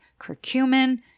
curcumin